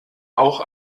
auch